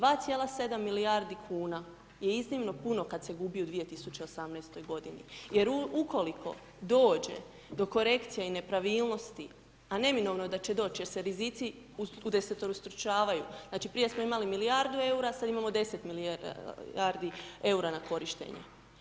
2,7 milijardi kuna je iznimno puno kad se gubi u 2018. godini, jer ukoliko dođe do korekcija i nepravilnosti, a neminovno je da će doći, jer se rizici udesetostručavaju, znači prije smo imali milijardu EUR-a, sad imamo 10 milijardi EUR-a na korištenje.